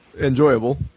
enjoyable